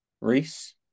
Reese